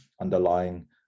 underlying